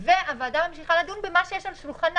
והוועדה ממשיכה לדון במה שיש על שולחנה.